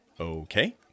Okay